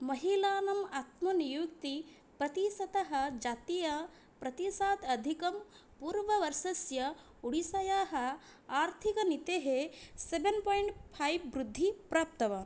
महिलानाम् आत्मनियुक्तिः प्रतिशततः जातीयप्रतिशतात् अधिकं पूर्ववर्षस्य ओडिस्सायाः आर्थिकमितेः सेवेन् पोयिन्ट् फैव् वृद्धिं प्राप्तवान्